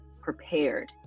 prepared